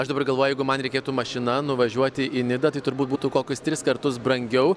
aš dabar galvoju jeigu man reikėtų mašina nuvažiuoti į nidą tai turbūt būtų kokius tris kartus brangiau